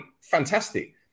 fantastic